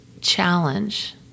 challenge